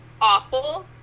awful